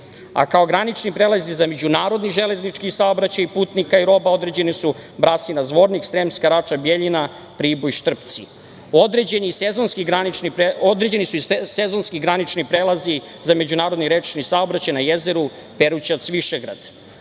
a kao granični prelazi za međunarodni železnički saobraćaj putnika i roba određeni su Brasina – Zvornik, Sremska Rača – Bjeljina, Priboj – Štrpci. Određeni su i sezonski granični prelazi za međunarodni rečni saobraćaj na jezeru Perućac – Višegrad,